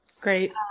Great